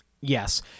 Yes